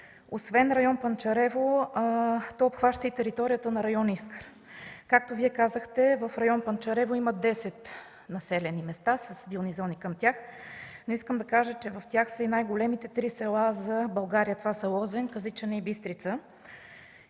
Освен Район Панчарево, той обхваща и територията на Район Искър. Както Вие казахте в Район Панчарево има 10 населени места, с вилни зони към тях, но искам да кажа, че в тях са и най-големите три села за България – това са Лозен, Казичене и Бистрица.